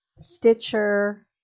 Stitcher